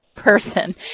person